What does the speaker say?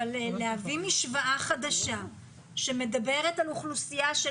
אבל להביא משוואה חדשה שמדברת על אוכלוסייה של